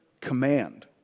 command